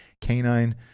Canine